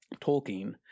Tolkien